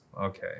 Okay